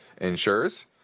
insurers